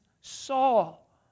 Saul